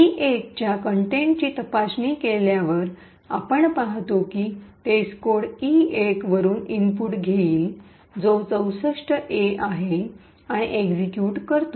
E1 च्या कंटेंटची तपासणी केल्यावर आपण पाहतो की टेस्टकोड ई१ वरून इनपुट घेईल जो ६४ A आहे आणि एक्शिक्यूट करतो